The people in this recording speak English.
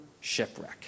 shipwreck